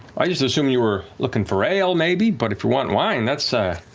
i just assumed you were looking for ale, maybe, but if you want wine, that's